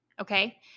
okay